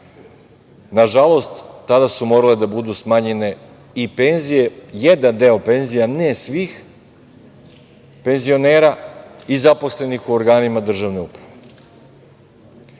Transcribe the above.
tada. Nažalost, tada su morale da budu smanjene i penzije, jedan deo penzija, ne svih penzionera i zaposlenih u organima državne uprave. Znate